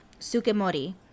Sukemori